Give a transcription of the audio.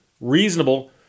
reasonable